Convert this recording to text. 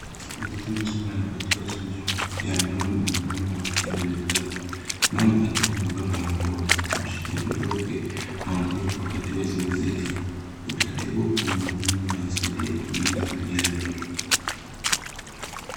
Mtoto mchanga anapatiwa chanjo ya mdomo na mhudumu wa afya mwenye glavu. Mama akiwa amevaa barakoa, anamshikia mtoto wake uangalifu wakati wa zoezi hili. Utaratibu umuhimu unaosaidia kulinda afya ya mtoto